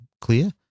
clear